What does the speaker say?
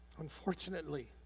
Unfortunately